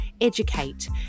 educate